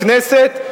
בכנסת,